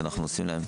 גם.